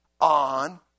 on